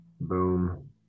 boom